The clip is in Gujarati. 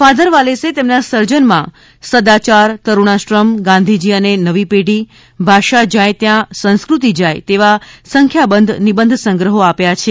ફાધર વાલેસે તેમના સર્જનમાં સદાચાર તરૂણાશ્રમ ગાંધીજી અને નવી પેઢી ભાષા જાય ત્યાં સંસ્કૃતિ જાય એવા સંખ્યાબંધ નિબંધ સંગ્રહો આપ્યા છે